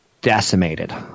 decimated